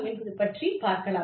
என்பது பற்றிப் பார்க்கலாம்